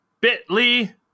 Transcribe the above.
bit.ly